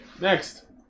Next